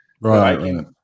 Right